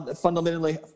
fundamentally